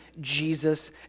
Jesus